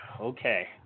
okay